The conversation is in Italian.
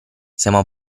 siamo